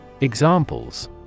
Examples